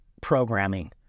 programming